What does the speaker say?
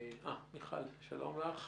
מיכל, שלום לך.